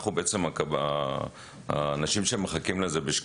אנחנו האנשים שמחכים לזה בשקיקה,